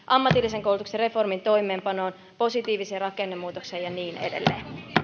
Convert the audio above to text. ammatillisen koulutuksen reformin toimeenpanoon positiiviseen rakennemuutokseen ja niin edelleen